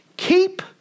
Keep